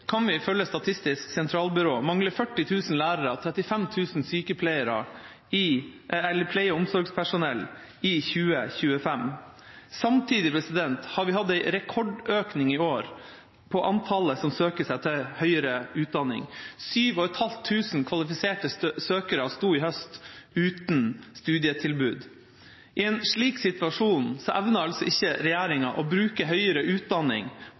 kan vi ifølge Statistisk sentralbyrå mangle 40 000 lærere, 35 000 pleie- og omsorgspersonell i 2025. Samtidig har vi hatt en rekordøkning i år i antallet som søker seg til høyere utdanning. 7 500 kvalifiserte søkere sto i høst uten studietilbud. I en slik situasjon evner altså ikke regjeringa å bruke høyere utdanning